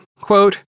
quote